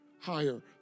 higher